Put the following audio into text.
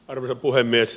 arvoisa puhemies